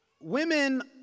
women